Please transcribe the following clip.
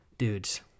dudes